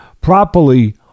properly